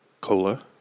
cola